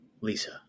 Lisa